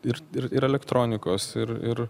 ir ir ir elektronikos ir ir